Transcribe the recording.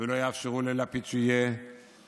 ולא יאפשרו ללפיד שיהיה